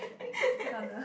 I'm just gonna